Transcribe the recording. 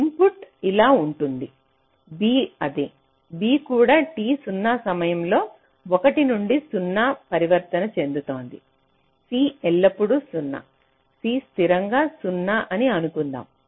కాబట్టి ఇన్పుట్ ఇలా ఉంటుంది b అదే b కూడా t 0 సమయంలో 1 నుండి 0 పరివర్తన చెందుతుంది c ఎల్లప్పుడూ 0 c స్థిరంగా 0 అని అనుకుందాం